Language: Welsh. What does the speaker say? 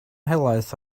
helaeth